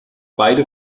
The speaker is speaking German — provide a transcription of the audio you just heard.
beide